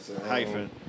Hyphen